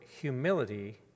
humility